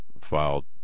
filed